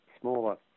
smaller